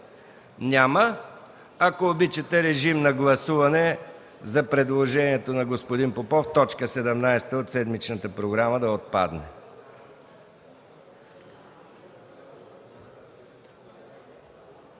Няма. Ако обичате, режим на гласуване за предложението на господин Попов т. 17 от седмичната програма да отпадне.